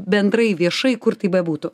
bendrai viešai kur tai bebūtų